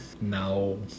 No